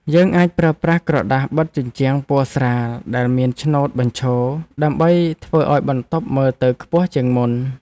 យើងអាចប្រើប្រាស់ក្រដាសបិទជញ្ជាំងពណ៌ស្រាលដែលមានឆ្នូតបញ្ឈរដើម្បីធ្វើឱ្យបន្ទប់មើលទៅខ្ពស់ជាងមុន។